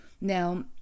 Now